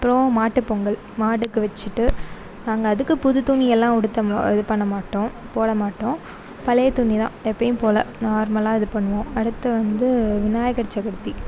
அப்றம் மாட்டுப்பொங்கல் மாட்டுக்கு வச்சுட்டு நாங்கள் அதுக்கு புது துணியெல்லாம் உடுத்த இது பண்ண மாட்டோம் போட மாட்டோம் பழைய துணி தான் எப்பயும் போல் நார்மலாக இது பண்ணுவோம் அடுத்து வந்து விநாயகர் சதுர்த்தி